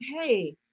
hey